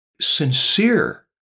sincere